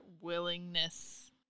willingness